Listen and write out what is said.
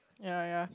yea yea